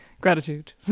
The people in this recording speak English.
gratitude